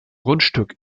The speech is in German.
grundstück